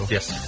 Yes